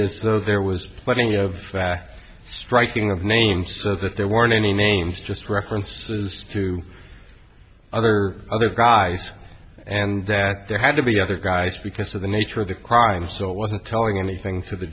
though there was plenty of that striking of names so that there weren't any names just references to other other guys and that there had to be other guys because of the nature of the crime so wasn't telling anything to the